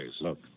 Look